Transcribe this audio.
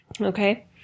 Okay